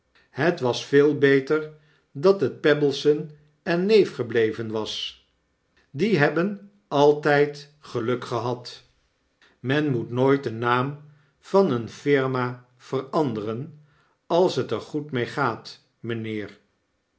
het was veel beter dat het pebbleson en neef gebleven was die hebben altyd geluk gehad men moet nooit den naam van eene firma veranderen als het er goed mee gaat meneer